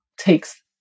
takes